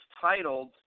titled